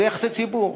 זה יחסי ציבור.